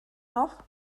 noch